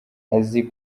azi